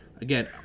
Again